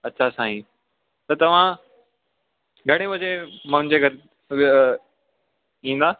अच्छा साईं त तव्हां घणे बजे मुंहिंजे घरु ईंदा